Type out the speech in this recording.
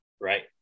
right